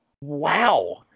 Wow